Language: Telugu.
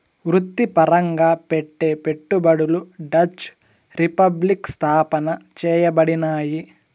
వృత్తిపరంగా పెట్టే పెట్టుబడులు డచ్ రిపబ్లిక్ స్థాపన చేయబడినాయి